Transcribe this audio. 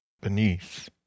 beneath